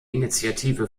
initiative